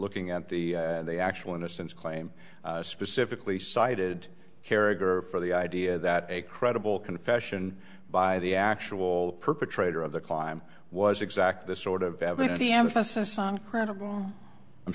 looking at the the actual innocence claim specifically cited character for the idea that a credible confession by the actual perpetrator of the climb was exactly the sort of evidence the emphasis on credible i'm